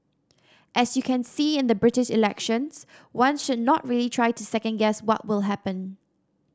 as you can see in the British elections one should not really try to second guess what will happen